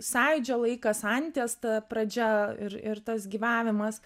sąjūdžio laikas anties ta pradžia ir ir tas gyvavimas